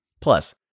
Plus